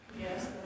Yes